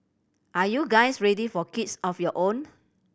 are you guys ready for kids of your own